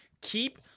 keep